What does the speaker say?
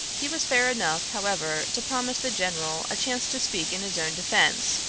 he was fair enough, however, to promise the general a chance to speak in his own defense,